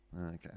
Okay